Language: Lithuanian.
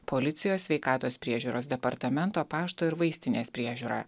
policijos sveikatos priežiūros departamento pašto ir vaistinės priežiūrą